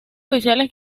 oficiales